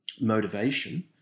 motivation